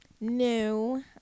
No